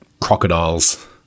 crocodiles